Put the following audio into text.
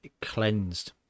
cleansed